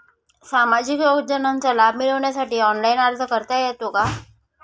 सामाजिक योजनांचा लाभ मिळवण्यासाठी ऑनलाइन अर्ज करता येतो का?